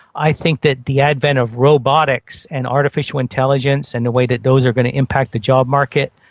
i think that the advent of robotics and artificial intelligence and the way that those are going to impact the job market,